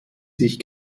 sich